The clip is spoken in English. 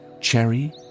cherry